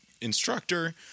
instructor